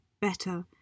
better